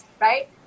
right